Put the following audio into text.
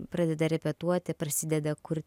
pradeda repetuoti prasideda kur